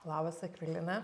labas akvilina